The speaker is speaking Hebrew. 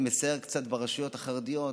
שמסייר קצת ברשויות החרדיות: